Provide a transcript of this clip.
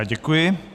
Děkuji.